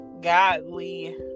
Godly